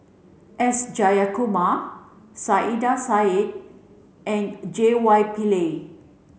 S Jayakumar Saiedah Said and J Y Pillay